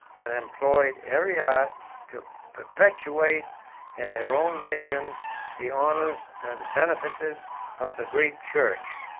and employed every art to perpetuate in their own nation the honors and benefices of the greek church.